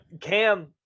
Cam